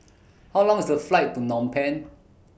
How Long IS The Flight to Nom Penh